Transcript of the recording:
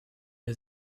wir